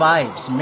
Vibes